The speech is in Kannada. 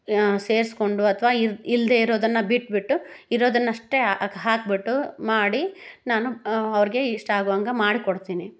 ಸೇರಿಸ್ಕೊಂಡು ಅಥ್ವಾ ಇರು ಇಲ್ಲದೇ ಇರೋದನ್ನು ಬಿಟ್ಟುಬಿಟ್ಟು ಇರೋದನ್ನಷ್ಟೇ ಹಾಕಿಬಿಟ್ಟು ಮಾಡಿ ನಾನು ಅವ್ರಿಗೆ ಇಷ್ಟ ಆಗೋ ಹಂಗೆ ಮಾಡಿ ಕೊಡ್ತೀನಿ